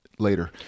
later